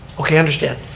okay, i understand.